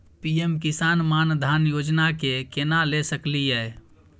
PM Kisan Maandhan Yojana के केना ले सकलिए?